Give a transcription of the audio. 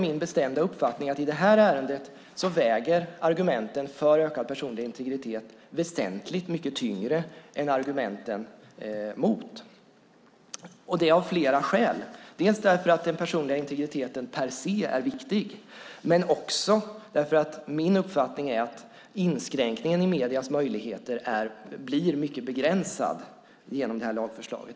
Min bestämda uppfattning är att argumenten för ökad personlig integritet väger väsentligt mycket tyngre än argumenten mot i detta ärende. Det är av flera skäl. Det är inte bara för att den personliga integriteten är viktig per se utan också för att min uppfattning är att inskränkningen i mediernas möjligheter blir mycket begränsad genom detta lagförslag.